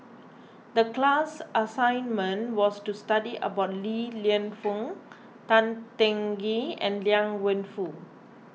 the class assignment was to study about Li Lienfung Tan Teng Kee and Liang Wenfu